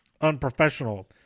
unprofessional